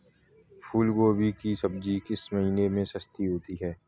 फूल गोभी की सब्जी किस महीने में सस्ती होती है?